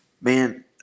Man